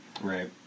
right